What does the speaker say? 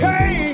Hey